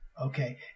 Okay